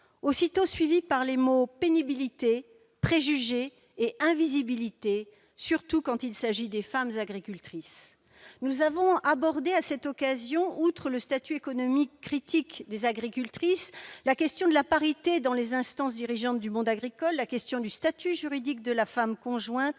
aussitôt suivis par les mots « pénibilité »,« préjugés » et « invisibilité », surtout quand il s'agit des femmes agricultrices. Nous avons abordé à cette occasion, outre le statut économique critique des agricultrices, la question de la parité dans les instances dirigeantes du monde agricole, la question du statut juridique de la femme conjointe